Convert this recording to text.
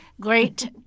great